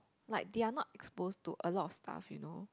like they are not exposed to a lot of stuff you know